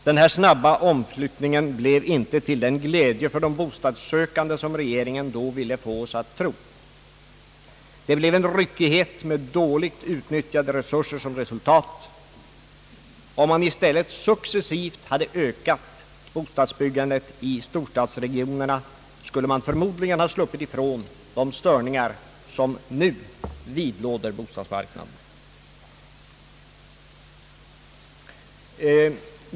Denna snabba omflyttning blev inte till den glädje för de bostadssökande som regeringen då ville få oss att tro. Man skapade en ryckighet med ett dåligt utnyttjande av resurserna som resultat. Om man i stället successivt hade ökat bostadsbyggandet i storstadsregionerna skulle man förmodligen ha sluppit ifrån de störningar som nu vidlåder bostadsmarknaden.